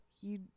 You-